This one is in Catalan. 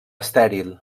estèril